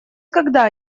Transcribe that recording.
когда